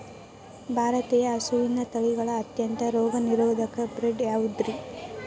ಭಾರತೇಯ ಹಸುವಿನ ತಳಿಗಳ ಅತ್ಯಂತ ರೋಗನಿರೋಧಕ ಬ್ರೇಡ್ ಯಾವುದ್ರಿ?